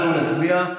אנחנו נצביע?